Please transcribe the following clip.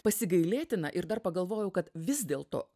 pasigailėtina ir dar pagalvojau kad vis dėl to